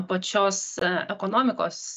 pačios e ekonomikos